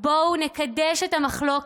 בואו נקדש את המחלוקת,